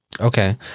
Okay